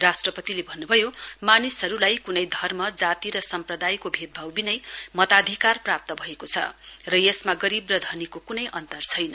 राष्ट्रपतिले भन्नुभयो मानिसहरूलाई कुनै धर्म जाति र सम्प्रदायको भेदभावबिनै मताधिकार प्राप्त भएको छ र यसमा गरीब र धनीको कुनै अन्तर छैन